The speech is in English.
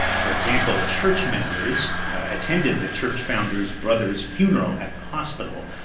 for example, church members attended the church founder's brother's funeral at the hospital,